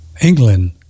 England